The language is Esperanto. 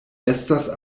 estas